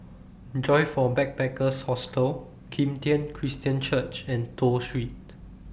Joyfor Backpackers' Hostel Kim Tian Christian Church and Toh Street